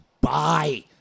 buy